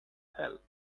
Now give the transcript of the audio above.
health